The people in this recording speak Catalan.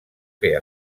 que